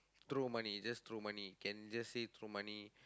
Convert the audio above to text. throw money just throw money can just say throw money